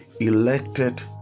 elected